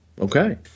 Okay